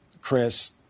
Chris